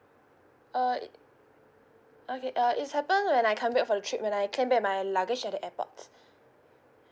uh okay uh is happened when I come back for the trip when I claim back my luggage at the airports